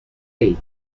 dei